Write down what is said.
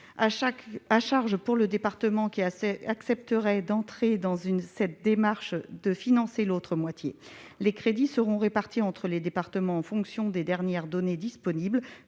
à charge pour le département qui accepterait d'entrer dans cette démarche de financer l'autre moitié. Les crédits seront répartis entre les départements en fonction des dernières données disponibles